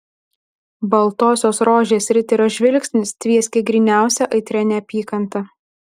baltosios rožės riterio žvilgsnis tvieskė gryniausia aitria neapykanta